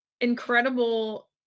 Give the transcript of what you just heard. incredible